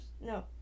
No